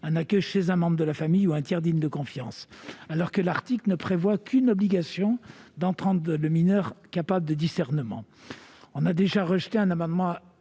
un accueil chez un membre de la famille ou un tiers digne de confiance, alors que l'article 1 ne prévoit qu'une obligation d'entendre le mineur capable de discernement. Nous avons déjà rejeté un amendement